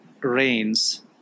reigns